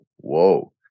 Whoa